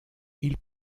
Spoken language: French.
ils